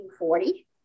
1940